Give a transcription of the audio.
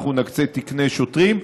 אנחנו נקצה תקני שוטרים,